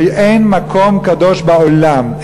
אין מקום קדוש בעולם,